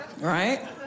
right